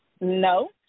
No